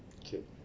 okay